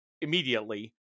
immediately